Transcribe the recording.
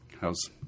How's